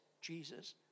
Jesus